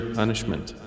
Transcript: punishment